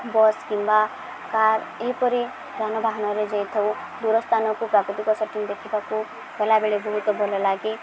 bus କିମ୍ବା car ଏହିପରି ଯାନବାହନରେ ଯାଇଥାଉ ଦୂର ସ୍ଥାନକୁ ପ୍ରାକୃତିକ ସେଟିଙ୍ଗ ଦେଖିବାକୁ ଗଲାବେଳେ ବହୁତ ଭଲଲାଗେ